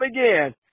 again